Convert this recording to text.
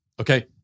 Okay